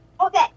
Okay